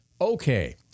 Okay